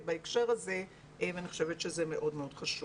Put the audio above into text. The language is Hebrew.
בהקשר הזה ואני חושבת שזה מאוד מאוד חשוב.